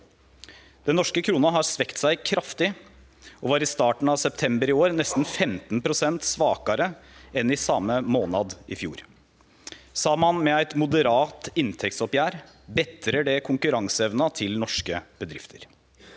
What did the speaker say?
Den norske krona har svekt seg kraftig og var i starten av september i år nesten 15 pst. svakare enn i same månad i fjor. Saman med eit moderat inntektsoppgjer betrar det konkurranseevna til norske bedrifter.